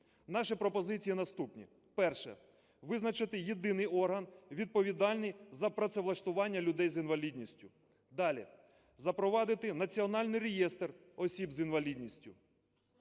Наші пропозиції наступні. Перше – визначити єдиний орган відповідальний за працевлаштування людей з інвалідністю. Далі – запровадити національний реєстр осіб з інвалідністю.